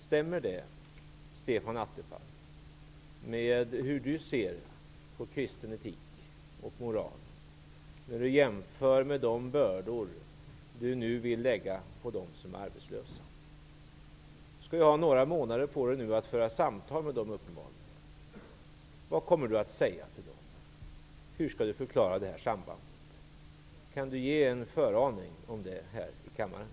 Stämmer det här överens med Stefan Attefalls syn på detta med kristen etik och moral vid en jämförelse med de bördor som han nu vill lägga på dem som är arbetslösa? Stefan Attefall har uppenbarligen några månader på sig att föra samtal med dessa människor. Vad kommer Stefan Attefall att säga till dem? Hur skall Stefan Attefall förklara det här sambandet? Skulle vi kunna få en föraning om det här i kammaren?